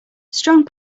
strong